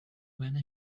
when